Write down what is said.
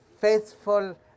faithful